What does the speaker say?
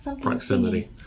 proximity